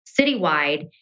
citywide